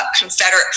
Confederate